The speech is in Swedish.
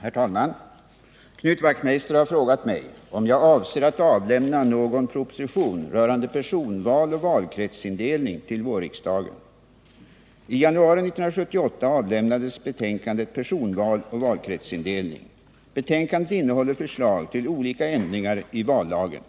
Herr talman! Knut Wachtmeister har frågat mig om jag avser att avlämna någon proposition rörande personalval och valkretsindelning till vårriksdagen. I januari 1978 avlämnades betänkandet Personval och valkretsindelning. Betänkandet innehåller förslag till olika ändringar i vallagen.